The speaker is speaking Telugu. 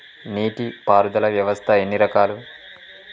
నీటి పారుదల వ్యవస్థ ఎన్ని రకాలు?